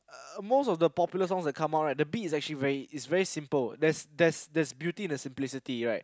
uh most of the popular songs that come out right the beat is actually very it's very simple there's there's there's beauty in the simplicity right